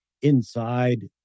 inside